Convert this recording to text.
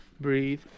Breathe